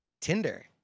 Tinder